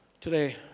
Today